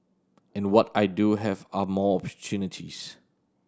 and what I do have are more opportunities